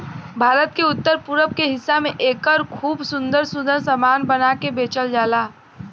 भारत के उत्तर पूरब के हिस्सा में एकर खूब सुंदर सुंदर सामान बना के बेचल जाला